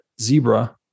zebra